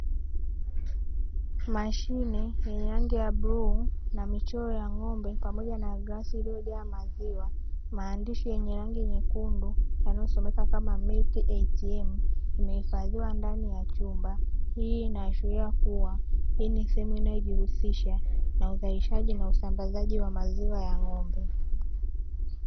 Mashine yenye rangi ya bluu na michoro ya ng'ombe, pamoja na glasi iliyojaa maziwa, maandishi yenye rangi nyekundu yanayosomeka kama "Milk ATM", imehifadhiwa ndani ya chumba. Hii inaashiria kuwa hii ni sehemu inayojihusisha na uzalishaji na usambazaji wa maziwa ya ng'ombe.